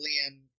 Leon